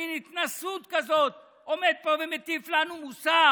שבמין התנשאות כזאת עומד פה ומטיף לנו מוסר,